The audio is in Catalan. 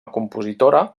compositora